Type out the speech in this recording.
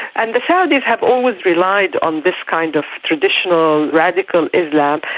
and the saudis have always relied on this kind of traditional radical islam,